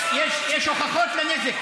יש הוכחות לנזק.